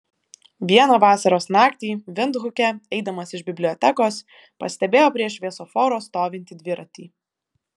vieną vasaros naktį vindhuke eidamas iš bibliotekos pastebėjo prie šviesoforo stovintį dviratį